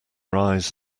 rise